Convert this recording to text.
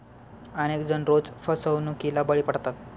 अनेक जण रोज फसवणुकीला बळी पडतात